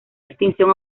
extinción